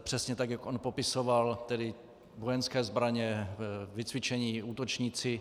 Přesně tak, jak on popisoval, tedy vojenské zbraně, vycvičení útočníci.